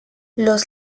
los